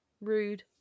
Rude